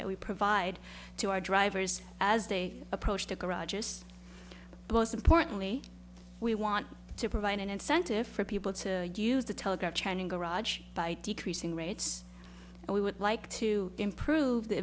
that we provide to our drivers as they approach their garages most importantly we want to provide an incentive for people to use the telegraph garage by decreasing rates and we would like to improve the